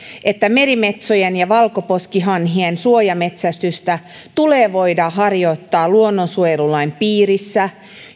että merimetsojen ja valkoposkihanhien suojametsästystä tulee voida harjoittaa luonnonsuojelulain piirissä